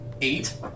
Eight